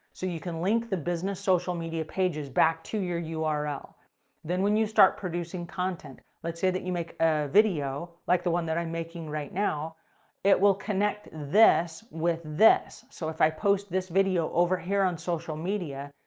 so you can link the business social media pages back to your ah url. then when you start producing content, let's say that you make a video, like the one that i'm making right now it will connect this with this. so, if i post this video over here on social media,